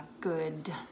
good